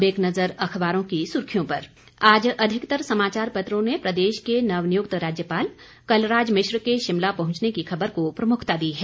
अब एक नजर अखबारों की सुर्खियों पर आज अधिकतर समाचार पत्रों ने प्रदेश के नवनियुक्त राज्यपाल कलराज मिश्र के शिमला पहुंचने की खबर को प्रमुखता दी है